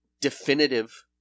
definitive